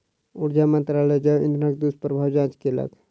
ऊर्जा मंत्रालय जैव इंधनक दुष्प्रभावक जांच केलक